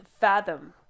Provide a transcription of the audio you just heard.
fathom